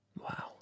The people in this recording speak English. Wow